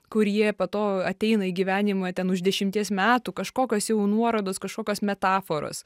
kurie po to ateina į gyvenimą ten už dešimties metų kažkokios jau nuorodos kažkokios metaforos